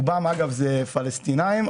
רובם פלסטינים,